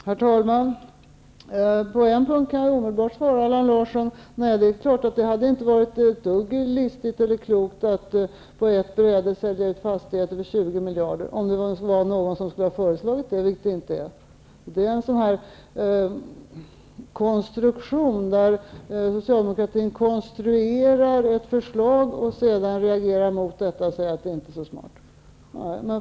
Herr talman! På en punkt kan jag omedelbart svara Allan Larsson. Nej, det är klart att det inte hade varit ett dugg listigt eller klokt att på ett bräde sälja ut fastigheter för 20 miljarder -- om det ens fanns någon som hade föreslagit det, vilket det inte är. Det är konstruktion. Socialdemokraterna konstruerar ett förslag och reagerar sedan mot det och säger att det inte är så smart.